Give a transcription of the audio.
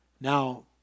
Now